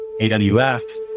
AWS